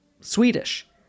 Swedish